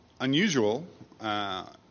unusual